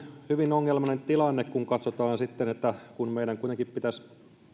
hyvin ongelmallinen tilanne kun katsotaan että meidän kuitenkin pitäisi